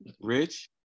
Rich